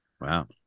Wow